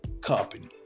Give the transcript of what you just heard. company